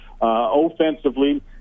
offensively